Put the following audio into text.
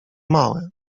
małe